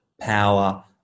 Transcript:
power